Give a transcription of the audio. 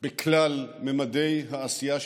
בכלל ממדי העשייה שלנו,